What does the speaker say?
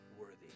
worthy